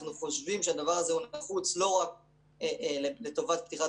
אנחנו חושבים שהדבר הזה נחוץ לא רק לטובת פתיחת